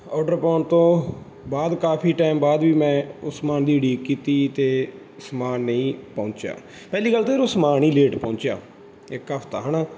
order ਪਾਉਣ ਤੋਂ ਬਾਅਦ ਕਾਫ਼ੀ ਟਾਈਮ ਬਾਅਦ ਵੀ ਮੈਂ ਉਸ ਸਾਮਾਨ ਦੀ ਉਡੀਕ ਕੀਤੀ ਅਤੇ ਸਾਮਾਨ ਨਹੀਂ ਪਹੁੰਚਿਆ ਪਹਿਲੀ ਗੱਲ ਤਾਂ ਯਾਰ ਉਹ ਸਾਮਾਨ ਹੀ ਲੇਟ ਪਹੁੰਚਿਆ ਇੱਕ ਹਫ਼ਤਾ ਹੈ ਨਾ